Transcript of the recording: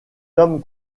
homme